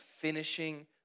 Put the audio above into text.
finishing